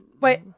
Wait